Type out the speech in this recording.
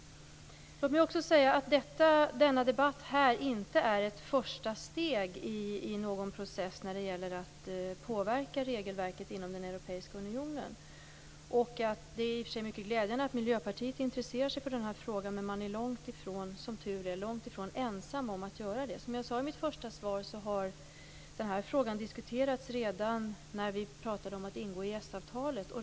Låt mig också säga att denna debatt här inte är ett första steg i någon process när det gäller att påverka regelverket inom Europeiska unionen. Det är i och för sig mycket glädjande att Miljöpartiet inresserar sig för den här frågan, men det är, som tur är, långt ifrån ensamt om att göra det. Som jag sade i mitt första svar har den här frågan diskuterats redan när vi talade om att ingå i EES avtalet.